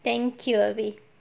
thank you erby